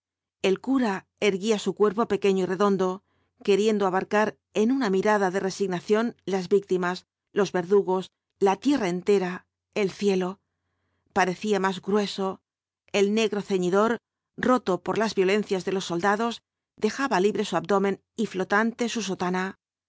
el cura erguía su cuerpo pequeño y redondo queriendo abarcar en una mirada de resignación las víctimas los verdugos la tierra entera el cielo parecía más grueso el negro ceñidor roto por las violencias de los soldados dejaba libre su abdomen y flotante su sotana